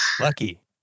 lucky